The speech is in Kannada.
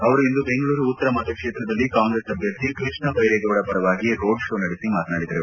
ಅವರು ಇಂದು ಬೆಂಗಳೂರು ಉತ್ತರ ಮತಕ್ಷೇತ್ರದಲ್ಲಿ ಕಾಂಗ್ರೆಸ್ ಅಭ್ಯರ್ಥಿ ಕೃಷ್ಣ ಬೈರೇಗೌಡ ಪರವಾಗಿ ರೋಡ್ ಷೋ ನಡೆಸಿ ಮಾತನಾಡಿದರು